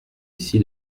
ici